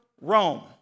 Rome